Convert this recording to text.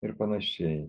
ir panašiai